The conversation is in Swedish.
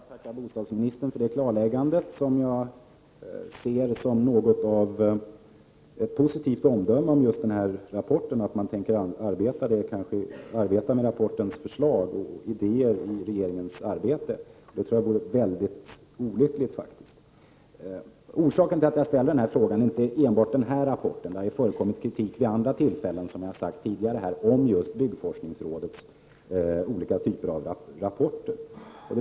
Fru talman! Jag tackar bostadsministern för klarläggandet, som jag betraktar som ett positivt omdöme om rapporten. Jag tror att det vore mycket olyckligt om man inom regeringen arbetade med förslagen och idéerna i rapporten. Orsaken till min fråga är inte bara den här rapporten. Det har som sagts redan tidigare förekommit kritik mot byggforskningsrådets olika typer av rapporter.